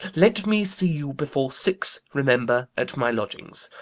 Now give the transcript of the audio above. let me see you before six, remember, at my lodgings.